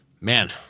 man